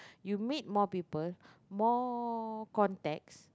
you meet more people more contacts